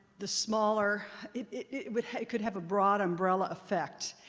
the smaller it could it could have a broad umbrella effect.